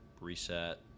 reset